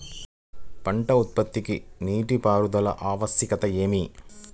పంట ఉత్పత్తికి నీటిపారుదల ఆవశ్యకత ఏమి?